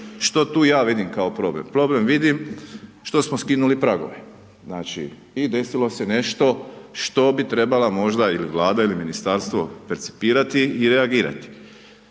Što tu ja vidim kao problem? Problem vidim što smo skinuli pragove. Znači i desilo se nešto što bi trebala možda ili Vlada ili ministarstvo percipirati i reagirati.